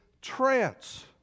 trance